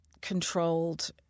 controlled